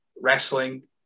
wrestling